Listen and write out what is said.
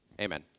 Amen